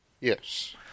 Yes